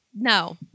No